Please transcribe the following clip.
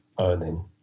earning